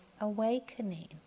awakening